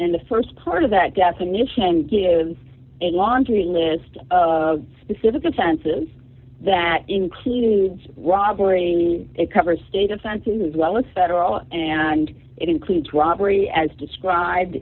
and the st part of that definition gives a laundry list of specific offenses that includes robbery it covers state incentives as well as federal and it includes robbery as described